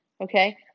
okay